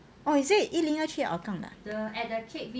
oh is it 一零二去 hougang 的 ah